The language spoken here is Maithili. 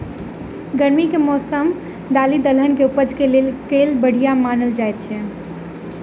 गर्मी केँ मौसम दालि दलहन केँ उपज केँ लेल केल बढ़िया मानल जाइत अछि?